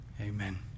amen